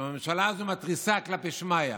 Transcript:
שהממשלה הזאת מתריסה כלפי שמיא,